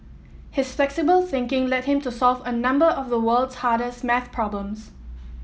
his flexible thinking led him to solve a number of the world's hardest maths problems